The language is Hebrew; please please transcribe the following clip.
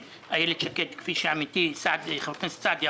כפי שעמיתי חבר הכנסת סעדי אמר,